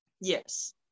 yes